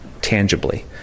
tangibly